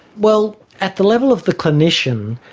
well, at the level of the clinician,